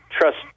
trust